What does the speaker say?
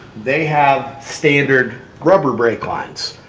they have standard rubber brake lines.